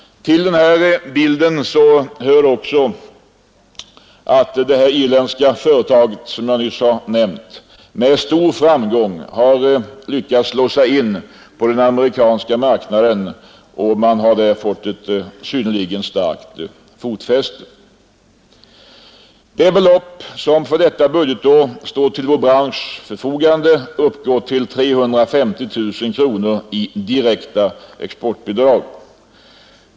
Till bilden hör också att det irländska företaget med stor framgång har lyckats slå sig in på den amerikanska marknaden och där har fått ett synnerligen starkt fotfäste. Det belopp som för detta budgetår står till vår branschs förfogande uppgår till 350 000 kronor i direkta exportbidrag.